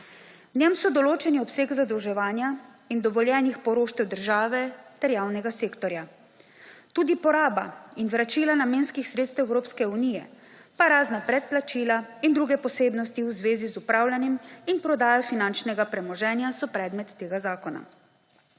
V njem je določen obseg zadolževanja in dovoljenih poroštev države ter javnega sektorja. Tudi poraba in vračila namenskih sredstev Evropske unije pa razna predplačila in druge posebnosti v zvezi z opravljanjem in prodajo finančnega premoženja so predmet tega zakona.